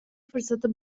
fırsatı